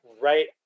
right